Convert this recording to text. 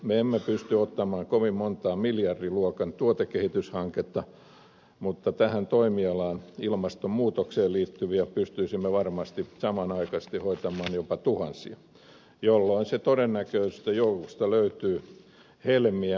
me emme pysty ottamaan kovin montaa miljardiluokan tuotekehityshanketta mutta tähän toimialaan ilmastonmuutokseen liittyviä pystyisimme varmasti samanaikaisesti hoitamaan jopa tuhansia jolloin se todennäköisyys että joukosta löytyy helmiä kasvaa merkittävästi